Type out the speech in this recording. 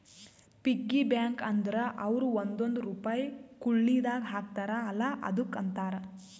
piggy bank ಅಂದುರ್ ಅವ್ರು ಒಂದೊಂದ್ ರುಪೈ ಕುಳ್ಳಿದಾಗ ಹಾಕ್ತಾರ ಅಲ್ಲಾ ಅದುಕ್ಕ ಅಂತಾರ